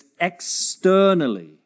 externally